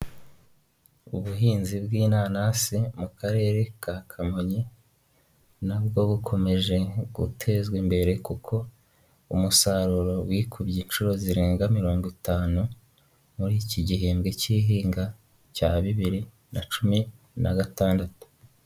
Ubuhinzi bw'inanasi mu Karere ka Kamonyi na bwo bukomeje gutezwa imbere kuko umusaruro wikubye inshuro zirenga mirongo itanu muri iki gihembwe k'ihinga cya bibiri na cumi na gatandatu.